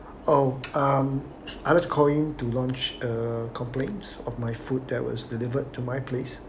oh mm I was calling to launch a complaints of my food there was delivered to my place